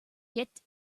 get